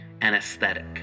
anesthetic